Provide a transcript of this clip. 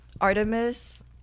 Artemis